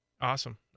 Awesome